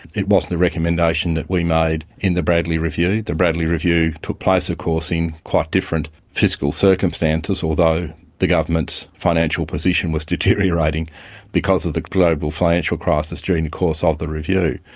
it wasn't a recommendation that we made in the bradley review. the bradley review took place of course in quite different fiscal circumstances, although the government's financial position was deteriorating because of the global financial crisis during the course of the review.